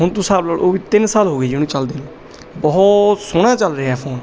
ਹੁਣ ਤੂੰ ਹਿਸਾਬ ਲਾ ਲਓ ਉਹ ਵੀ ਤਿੰਨ ਸਾਲ ਹੋ ਗਏ ਜੀ ਉਹਨੂੰ ਚਲਦੇ ਨੂੰ ਬਹੁਤ ਸੋਹਣਾ ਚੱਲ ਰਿਹਾ ਫ਼ੋਨ